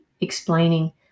explaining